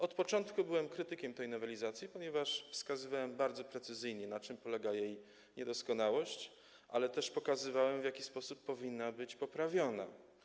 Od początku byłem krytykiem tej nowelizacji, ponieważ wskazywałem bardzo precyzyjnie, na czym polega jej niedoskonałość, ale też pokazywałem, w jaki sposób powinna być poprawiona.